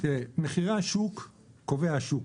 את מחירי השוק קובע השוק.